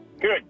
good